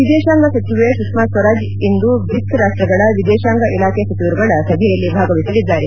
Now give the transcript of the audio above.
ವಿದೇತಾಂಗ ಸಚಿವೆ ಸುಷ್ನಾ ಸ್ವರಾಜ್ ಇಂದು ಬ್ರಿಕ್ಸ್ ರಾಷ್ಟಗಳ ವಿದೇತಾಂಗ ಇಲಾಖೆ ಸಚಿವರುಗಳ ಸಭೆಯಲ್ಲಿ ಭಾಗವಹಿಸಲಿದ್ದಾರೆ